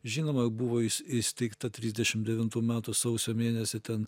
žinoma buvo įsteigta trisdešim devintų metų sausio mėnesį ten